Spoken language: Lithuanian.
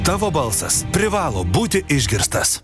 tavo balsas privalo būti išgirstas